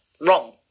wrong